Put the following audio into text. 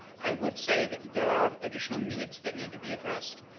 i would say that there are additional needs that need to be addressed.